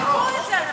לא, לא חילקו את זה.